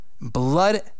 Blood